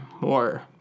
more